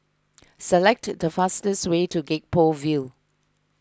select the fastest way to Gek Poh Ville